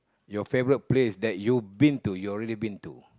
your favourite place that you've been to you already been to